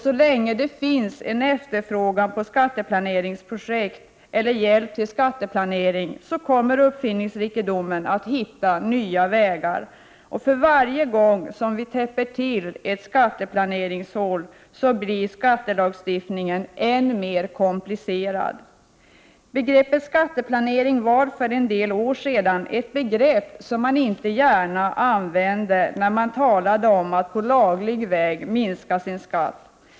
Så länge det finns en efterfrågan på skatteplaneringsprojekt eller hjälp till skatteplanering, kommer uppfinningsrikedomen att hitta nya vägar. För varje gång vi täpper till ett skatteplaneringshål, blir skattelagstiftningen än mer komplicerad. För några år sedan var skatteplanering ett begrepp som inte gärna användes när man talade om att på laglig väg minska sin skatt.